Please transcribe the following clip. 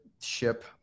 ship